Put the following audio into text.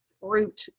fruit